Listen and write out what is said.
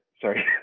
sorry